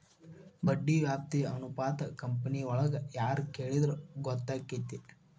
ಬಡ್ಡಿ ವ್ಯಾಪ್ತಿ ಅನುಪಾತಾ ಕಂಪನಿಯೊಳಗ್ ಯಾರ್ ಕೆಳಿದ್ರ ಗೊತ್ತಕ್ಕೆತಿ?